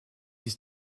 ici